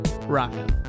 Rockin